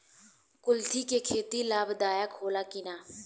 कुलथी के खेती लाभदायक होला कि न?